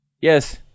Yes